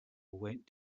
went